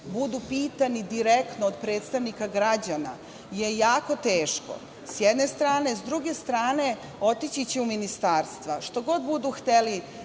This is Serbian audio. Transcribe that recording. budu pitani direktno od predstavnika građana, je jako teško, s jedne strane. S druge strane, otići će u ministarstva. Što god budu hteli